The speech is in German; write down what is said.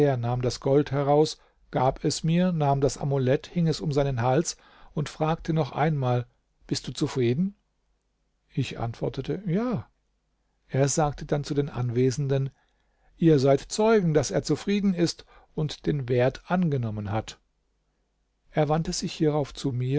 nahm das gold heraus gab es mir nahm das amulett hing es um seinen hals und fragte noch einmal bist du zufrieden ich antwortete ja er sagte dann zu den anwesenden ihr seid zeugen daß er zufrieden ist und den wert angenommen hat er wandte sich hierauf zu